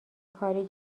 کاری